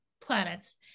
planets